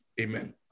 amen